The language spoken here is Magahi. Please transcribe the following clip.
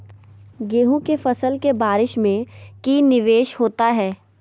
गेंहू के फ़सल के बारिस में की निवेस होता है?